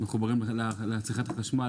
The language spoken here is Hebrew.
שמחוברים לצריכת החשמל?